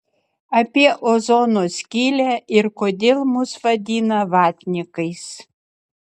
apie ozono skylę ir kodėl mus vadina vatnikais